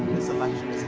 this election